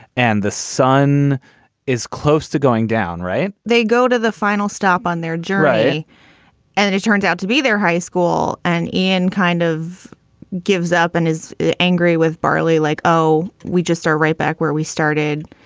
and the sun is close to going down. right they go to the final stop on their journey and then it turns out to be their high school. and ian kind of gives up and is angry with bali like, oh, we just are right back where we started.